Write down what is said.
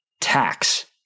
tax